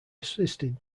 assisted